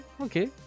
Okay